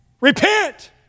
Repent